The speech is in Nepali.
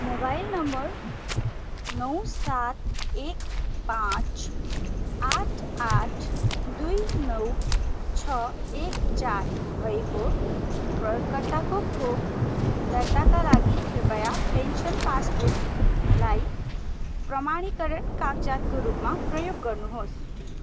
मोबाइल नम्बर नौ सात एक पाँच आठ आठ दुई नौ छ एक चार भएको प्रयोग कर्ताको खोप दर्ताका लागि कृपया पेन्सन पासबुकलाई प्रमाणीकरण कागजातको रूपमा प्रयोग गर्नुहोस्